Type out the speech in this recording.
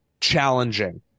challenging